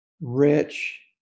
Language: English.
rich